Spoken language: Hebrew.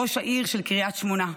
ראש העיר של קריית שמונה,